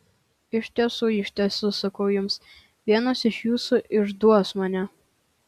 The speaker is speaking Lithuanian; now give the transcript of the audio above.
iš tiesų iš tiesų sakau jums vienas iš jūsų išduos mane